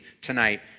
tonight